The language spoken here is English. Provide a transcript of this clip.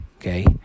okay